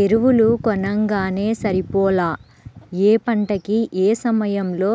ఎరువులు కొనంగానే సరిపోలా, యే పంటకి యే సమయంలో